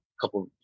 couple